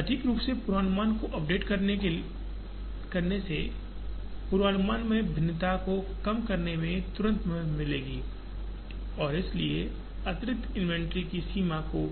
सटीक रूप से पूर्वानुमान को अपडेट करने से पूर्वानुमान में भिन्नता को कम करने में तुरंत मदद मिलेगी और इसलिए अतिरिक्त इन्वेंट्री की सीमा को